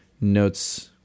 notes